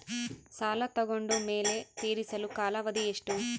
ಸಾಲ ತಗೊಂಡು ಮೇಲೆ ತೇರಿಸಲು ಕಾಲಾವಧಿ ಎಷ್ಟು?